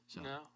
No